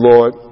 Lord